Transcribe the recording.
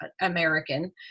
American